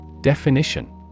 Definition